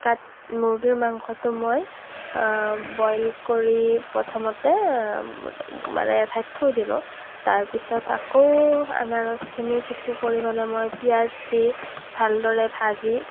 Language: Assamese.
কাট মুৰ্গীৰ মাংসটো মই বইল কৰি প্ৰথমতে মানে এঠাইত থৈ দিলোঁ তাৰপাছত আকৌ আনাৰসখিনি কিছু পৰিমাণে মই পিঁয়াজ দি ভালদৰে ভাজি